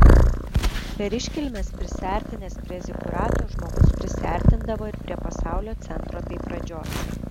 per iškilmes prisiartinęs prie zikurato žmogus prisiartindavo ir prie pasaulio centro bei pradžios